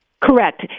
Correct